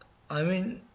I mean